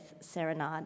Serenade